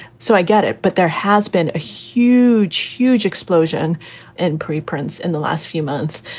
so i get it. but there has been a huge, huge explosion in pre prints in the last few months,